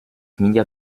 media